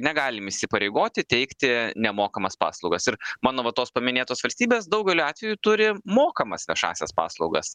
negalim įsipareigoti teikti nemokamas paslaugas ir mano va tos paminėtos valstybės daugeliu atveju turi mokamas viešąsias paslaugas